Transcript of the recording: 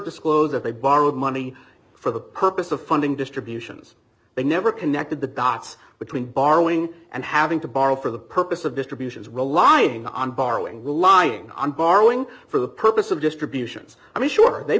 disclose that they borrowed money for the purpose of funding distributions they never connected the dots between borrowing and having to borrow for the purpose of distributions will lie on borrowing relying on borrowing for the purpose of distributions i'm sure they